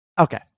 okay